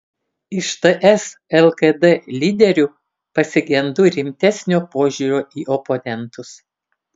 iš ts lkd lyderių pasigendu rimtesnio požiūrio į oponentus